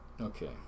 Okay